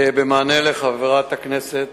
במענה לחברת הכנסת